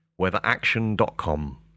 Weatheraction.com